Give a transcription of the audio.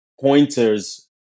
Pointers